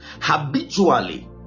habitually